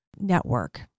network